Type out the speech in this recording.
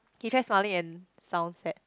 okay try smiling and sound sad